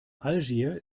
algier